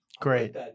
Great